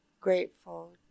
grateful